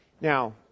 Now